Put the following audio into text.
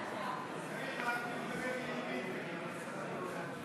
הצעת סיעות רע"ם-תע"ל-מד"ע חד"ש בל"ד להביע אי-אמון בממשלה לא נתקבלה.